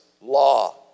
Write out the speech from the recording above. law